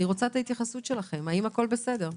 אני מבקשת את ההתייחסות שלכם, האם הכול בסדר?